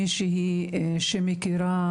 לשעבר מנכ"ל משרד השיכון ומייסד מכון ריפמן.